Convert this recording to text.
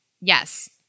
Yes